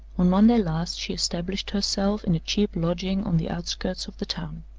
on monday last she established herself in a cheap lodging on the outskirts of the town.